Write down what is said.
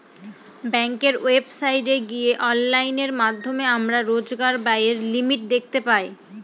ব্যাঙ্কের ওয়েবসাইটে গিয়ে অনলাইনের মাধ্যমে আমরা রোজকার ব্যায়ের লিমিট দেখতে পাই